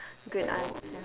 good answer